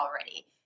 already